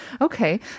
Okay